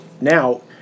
now